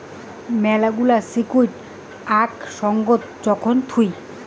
মেলাগিলা সিকুইরিটি আক সঙ্গত যখন থুই